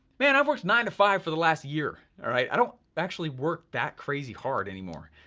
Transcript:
man, i've worked nine to five for the last year, all right, i don't actually work that crazy hard anymore.